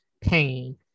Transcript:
pain